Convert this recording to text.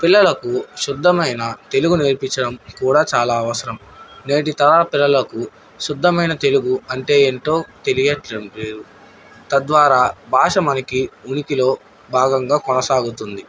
పిల్లలకు శుద్ధమైన తెలుగు నేర్పించడం కూడా చాలా అవసరం నేటి తర పిల్లలకు శుద్ధమైన తెలుగు అంటే ఎంతో తెలియటం లేదు తద్వారా భాష మనకి ఉనికినికిలో భాగంగా కొనసాగుతుంది